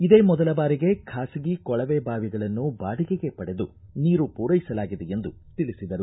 ಇದೇ ಮೊದಲ ಬಾರಿಗೆ ಖಾಸಗಿ ಕೊಳವೆ ಬಾವಿಗಳನ್ನು ಬಾಡಿಗೆಗೆ ಪಡೆದು ನೀರು ಪೂರೈಸಲಾಗಿದೆ ಎಂದು ತಿಳಿಸಿದರು